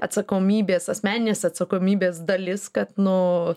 atsakomybės asmeninės atsakomybės dalis kad nu